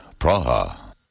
Praha